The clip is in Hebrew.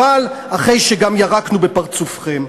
אבל אחרי שגם ירקנו בפרצופכם.